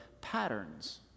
patterns